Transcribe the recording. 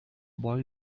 boy